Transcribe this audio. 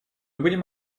будем